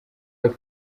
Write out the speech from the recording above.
york